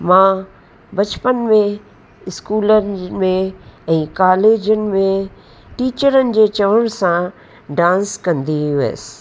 मां बचपन में स्कूलनि में ऐं कालेजनि में टीचरनि जे चवण सां डांस कंदी हुअसि